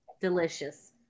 delicious